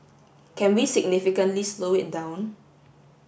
can we significantly slow it down